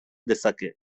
dezake